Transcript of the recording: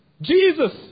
Jesus